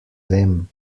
vem